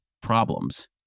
problems